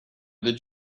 did